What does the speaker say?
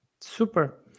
Super